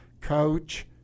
coach